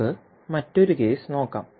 നമുക്ക് മറ്റൊരു കേസ് നോക്കാം